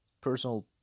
personal